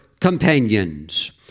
companions